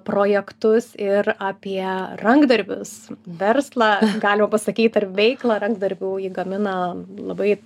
projektus ir apie rankdarbius verslą galima pasakyt ar veiklą rankdarbių ji gamina labai